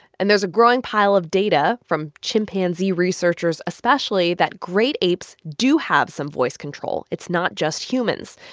and there's a growing pile of data, from chimpanzee researchers, especially, that great apes do have some voice control. it's not just humans.